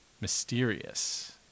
mysterious